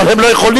אבל הם לא יכולים,